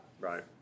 Right